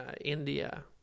India